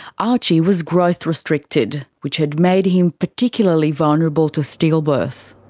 archie was growth restricted, which had made him particularly vulnerable to stillbirth.